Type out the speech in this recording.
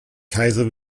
kaiser